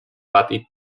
batik